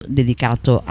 dedicato